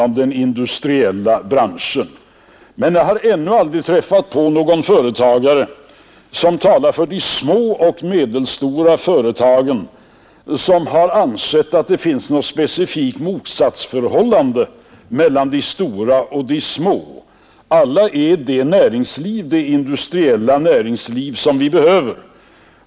Men jag har ännu aldrig träffat på någon företrädare för de små och medelstora företagen som har ansett att det finns något specifikt motsatsförhållande mellan de stora och de små. Tillsammans utgör de det industriella näringsliv som vi behöver.